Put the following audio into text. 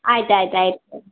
ಆಯ್ತು ಆಯ್ತು ಆಯ್ತು ಸರ್